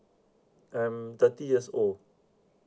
I'm thirty years old